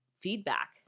feedback